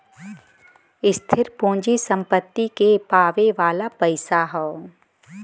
स्थिर पूँजी सम्पत्ति के पावे वाला पइसा हौ